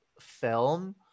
film